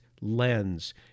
Lens